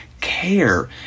care